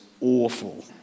awful